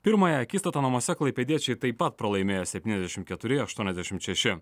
pirmąją akistatą namuose klaipėdiečiai taip pat pralaimėjo septyniasdešim keturi aštuoniasdešim šeši